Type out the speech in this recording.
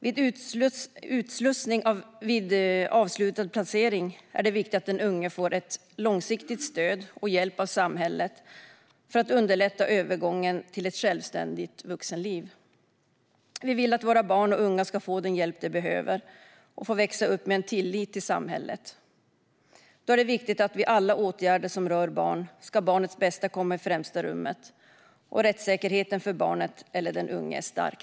Vid utslussning efter avslutad placering är det viktigt att den unge får långsiktigt stöd och hjälp av samhället så att övergången till ett självständigt vuxenliv underlättas. Vi vill att våra barn och unga ska få den hjälp de behöver och att de ska få växa upp med en tillit till samhället. Då är det viktigt, vid alla åtgärder som rör barn, att barnets bästa kommer i främsta rummet och att rättssäkerheten för barnet eller den unge är stark.